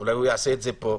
אולי הוא יעשה את זה פה,